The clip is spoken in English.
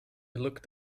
looked